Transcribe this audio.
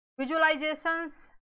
visualizations